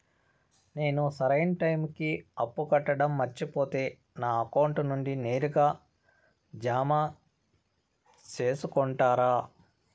నేను సరైన టైముకి అప్పు కట్టడం మర్చిపోతే నా అకౌంట్ నుండి నేరుగా జామ సేసుకుంటారా?